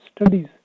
studies